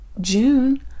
June